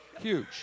huge